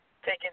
taking